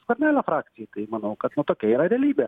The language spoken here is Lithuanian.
skvernelio frakcijai tai manau kad na tokia yra realybė